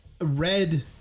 Red